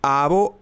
abo